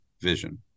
vision